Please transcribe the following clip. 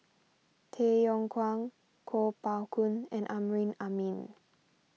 Tay Yong Kwang Kuo Pao Kun and Amrin Amin